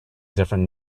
different